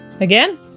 Again